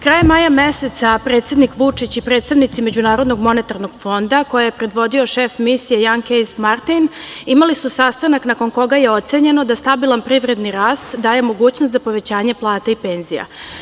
Krajem maja meseca predsednik Vučić i predstavnici MMF-a, koje je predvodio šef Misije Jan Kejs Martin, imali su sastanak nakon koga je ocenjeno da stabilan privredni rast daje mogućnost za povećanje plata i penzija.